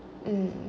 mm